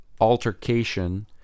altercation